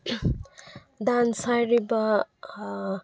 dance ꯍꯥꯏꯔꯤꯕ